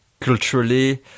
Culturally